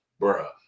Bruh